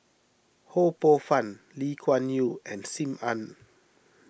Ho Poh Fun Lee Kuan Yew and Sim Ann